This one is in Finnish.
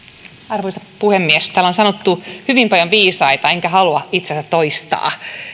arvoisa puhemies täällä on sanottu hyvin paljon viisaita enkä halua itse niitä toistaa